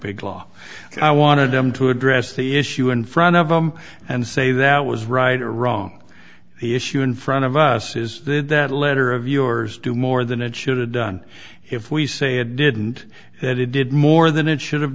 big law i wanted them to address the issue in front of them and say that was right or wrong the issue in front of us is did that letter of yours do more than it should have done if we say it didn't that it did more than it should have